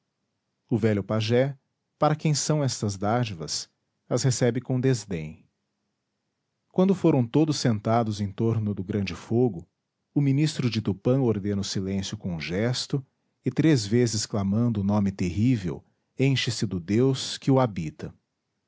o velho pajé para quem são estas dádivas as recebe com desdém quando foram todos sentados em torno do grande fogo o ministro de tupã ordena o silêncio com um gesto e três vezes clamando o nome terrível enche-se do deus que o habita